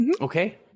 Okay